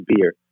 beer